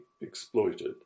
exploited